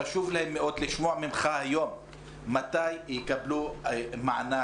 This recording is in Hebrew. חשוב להם מאוד לשמוע ממך היום מתי יקבלו מענק,